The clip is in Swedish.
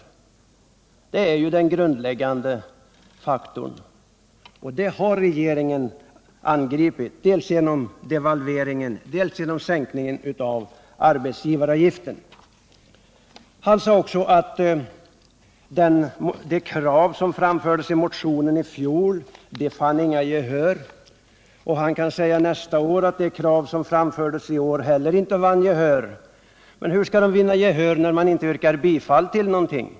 Det är den grundläggande faktorn, och den har regeringen angripit, dels genom devalveringen, dels genom sänkningen av arbetsgivaravgiften. Han sade också att de krav som framförts i fjol inte vann något gehör. Och han kan säga nästa år att de krav som nu framförts inte heller vann gehör. Men hur skall kraven kunna vinna gehör när man inte yrkar bifall till dem?